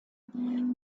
die